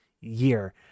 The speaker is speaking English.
year